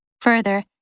Further